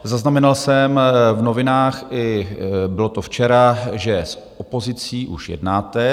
Zaznamenal jsem v novinách i bylo to včera že s opozicí už jednáte.